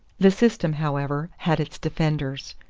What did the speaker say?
the system, however, had its defenders.